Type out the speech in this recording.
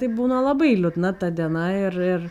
tai būna labai liūdna ta diena ir ir